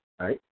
right